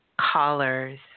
callers